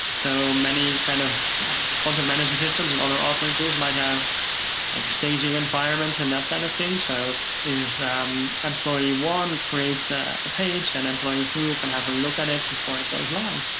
so many kind of content management systems and other authoring tools might have staging environments and that kind of thing. so if um employee one creates ah a page, then employee two can have a look at it before and it goes live.